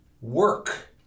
work